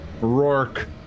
rourke